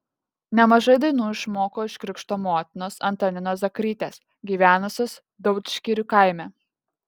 nemažai dainų išmoko iš krikšto motinos antaninos zakrytės gyvenusios daudžgirių kaime